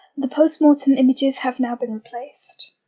the post-mortem images have now been replaced.